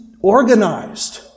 organized